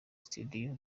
studio